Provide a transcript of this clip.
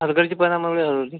हलगर्जीपणामुळे हरवली